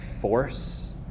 force